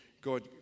God